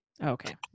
Okay